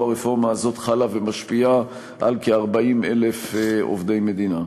הרפורמה הזאת חלה ומשפיעה על כ-40,000 עובדי מדינה.